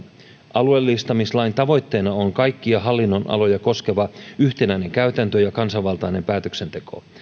alueellistamislain tavoitteena on kaikkia hallinnonaloja koskeva yhtenäinen käytäntö ja kansanvaltainen päätöksenteko